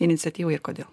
iniciatyvai ir kodėl